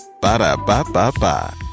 Ba-da-ba-ba-ba